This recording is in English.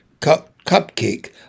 cupcake